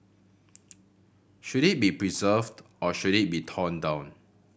should it be preserved or should it be torn down